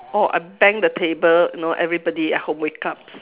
or I bang the table y~ know everybody at home wake ups